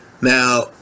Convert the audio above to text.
now